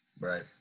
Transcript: Right